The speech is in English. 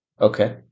Okay